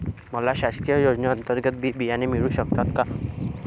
मला शासकीय योजने अंतर्गत बी बियाणे मिळू शकतात का?